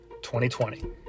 2020